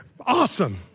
Awesome